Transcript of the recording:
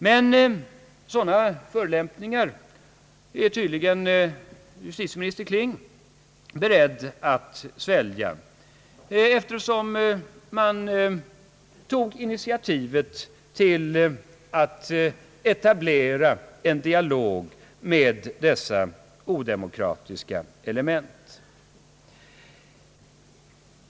Men tydligen är justitieminister Kling beredd att svälja detta, eftersom man tog initiativet till att etablera en dialog med dessa odemokratiska element.